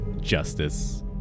justice